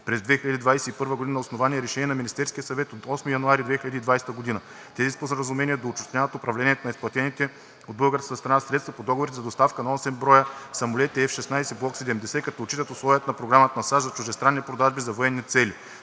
през 2021 г. на основание Решение на Министерския съвет от 8 януари 2020 г. Тези споразумения доуточняват управлението на изплатените от българска страна средства по договорите за доставка на 8 броя самолети F-16 Block 70, като отчитат условията на Програмата на САЩ за чуждестранни продажби за военни цели.